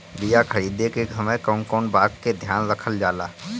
बीया खरीदे के समय कौन कौन बात के ध्यान रखल जाला?